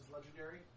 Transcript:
legendary